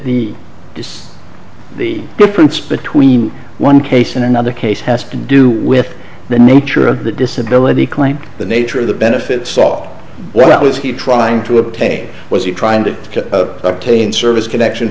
is the difference between one case and another case has to do with the nature of the disability claim the nature of the benefit saw what was he trying to obtain was he trying to attain service connection